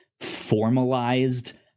formalized